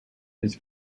his